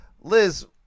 Liz